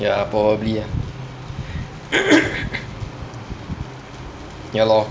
ya probably ah ya lor